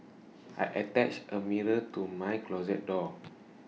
I attached A mirror to my closet door